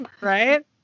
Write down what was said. Right